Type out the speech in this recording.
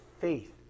faith